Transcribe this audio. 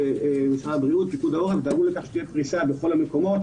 משרד הבריאות ופיקוד העורף - שתהיה פריסה בכל המקומות